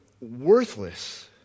worthless